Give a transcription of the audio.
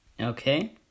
Okay